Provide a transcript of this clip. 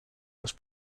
los